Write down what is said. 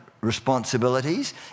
responsibilities